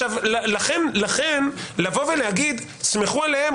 לכן לבוא ולהגיד: תסמכו עליהם,